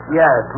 yes